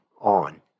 on